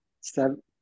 Seven